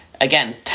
again